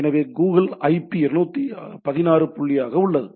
எனவே Google IP 216 புள்ளியாக உள்ளது